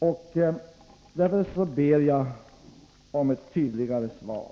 Därför ber jag om ett tydligare svar.